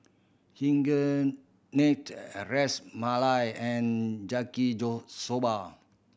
Ras Malai and Yaki Soba